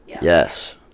Yes